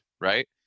right